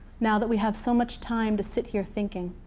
now that we have so much time to sit here, thinking.